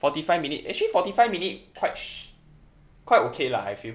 forty five minute actually forty five minute quite sh~ quite okay lah I feel